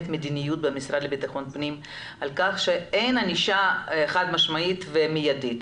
מדיניות במשרד לביטחון פנים על כך שאין ענישה חד משמעית ומיידית.